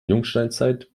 jungsteinzeit